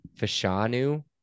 Fashanu